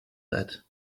that